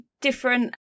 different